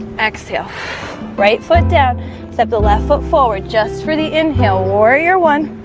exhale right foot down step the left foot forward just for the inhale warrior one